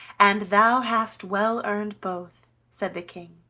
and thou hast well earned both! said the king.